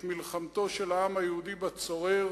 את מלחמתו של העם היהודי בצורר